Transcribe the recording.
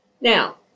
Now